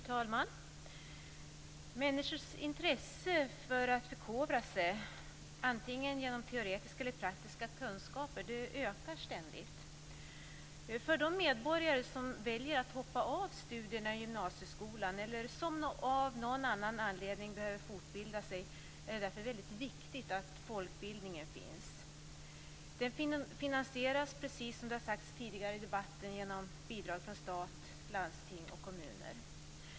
Fru talman! Människors intresse för att förkovra sig antingen genom teoretiska eller praktiska kunskaper ökar ständigt. För de medborgare som väljer att hoppa av studierna i gymnasieskolan eller som av någon annan anledning behöver fortbilda sig är det därför väldigt viktigt att folkbildningen finns. Den finansieras, precis som har sagts tidigare i debatten, genom bidrag från stat, landsting och kommuner.